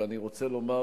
ואני רוצה לומר